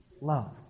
love